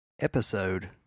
episode